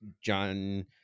John